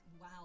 wow